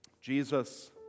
Jesus